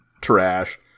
trash